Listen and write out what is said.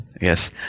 Yes